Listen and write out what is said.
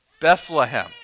Bethlehem